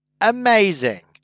Amazing